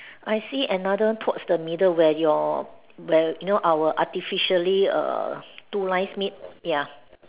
I see another towards the middle where your where you know our artificially err two lines meet ya